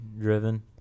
driven